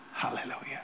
Hallelujah